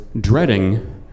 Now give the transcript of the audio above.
dreading